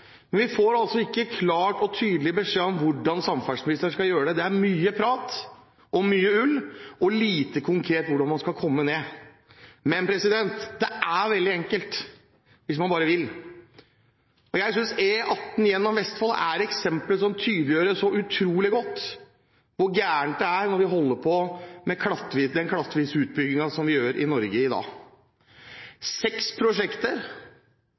men at vi skal komme ned mot fem år. Vi får ikke klar og tydelig beskjed om hvordan samferdselsministeren skal gjøre det. Det er mye prat, mye ull, og lite konkret om hvordan man skal komme ned i tid. Men det er veldig enkelt hvis man bare vil. Jeg synes E18 gjennom Vestfold er eksempelet som tydeliggjør så utrolig godt hvor galt det er når vi holder på med den klattvise utbyggingen som vi gjør i Norge i dag. 6 prosjekter